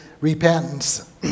repentance